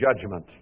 judgment